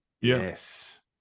yes